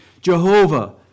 Jehovah